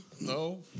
No